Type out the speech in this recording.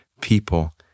people